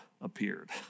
appeared